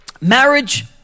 marriage